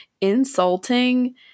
insulting